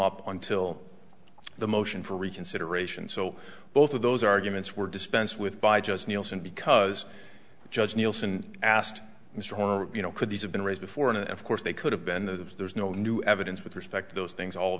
up until the motion for reconsideration so both of those arguments were dispense with by just nielsen because judge nielsen asked instore you know could these have been raised before and of course they could have been there's no new evidence with respect to those things all